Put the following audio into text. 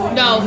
no